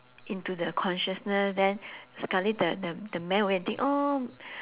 into the consciousness then sekali the the the man will go and think oh